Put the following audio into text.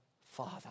Father